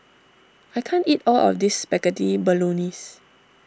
I can't eat all of this Spaghetti Bolognese